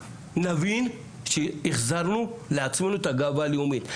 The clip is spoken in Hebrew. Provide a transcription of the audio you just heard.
נבין, שהחזרנו לעצמנו את הגאווה הלאומית.